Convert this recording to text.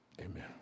amen